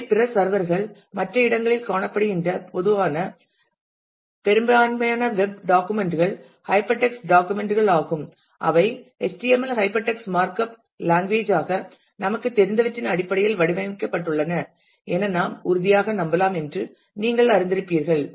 அவை பிற சர்வர் கள் மற்ற இடங்களில் காணப்படுகின்றன மற்றும் பொதுவாக பெரும்பாலான வெப் டாக்குமெண்ட் கள் ஹைப்பர் டெக்ஸ்ட் டாக்குமெண்ட் கள் ஆகும் அவை HTML hypertext markup language ஆக நமக்குத் தெரிந்தவற்றின் அடிப்படையில் வடிவமைக்கப்பட்டுள்ளன என நாம் உறுதியாக நம்பலாம் என்று நீங்கள் அறிந்திருப்பீர்கள்